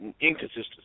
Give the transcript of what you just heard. inconsistency